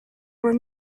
were